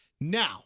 Now-